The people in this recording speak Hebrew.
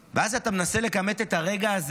ואז אתה מנסה לכמת את הרגע הזה,